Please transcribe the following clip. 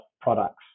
products